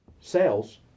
sales